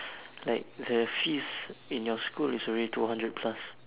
like the fees in your school is already two hundred plus